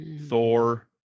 thor